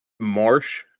marsh